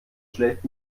schlecht